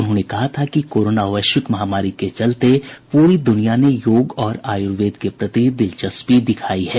उन्होंने कहा था कि कोरोना वैश्विक महामारी के चलते पूरी दुनिया ने योग और आयुर्वेद के प्रति दिलचस्पी दिखाई है